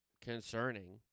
concerning